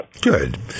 Good